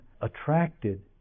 attracted